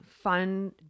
fun